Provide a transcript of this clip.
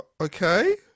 okay